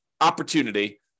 opportunity